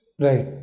Right